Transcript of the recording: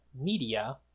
media